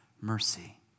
mercy